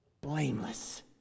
Blameless